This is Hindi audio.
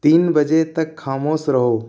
तीन बजे तक खामोश रहो